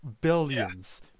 billions